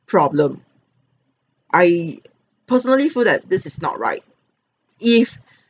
problem I personally feel that this is not right if